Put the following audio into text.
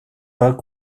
pas